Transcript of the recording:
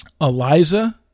Eliza